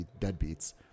deadbeats